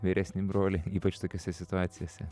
vyresnį brolį ypač tokiose situacijose